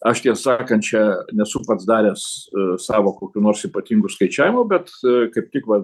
aš tiesą sakant čia nesu pats daręs savo kokių nors ypatingų skaičiavimų bet kaip tik va